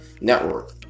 Network